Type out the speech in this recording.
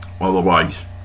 otherwise